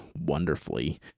wonderfully